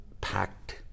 packed